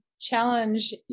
challenge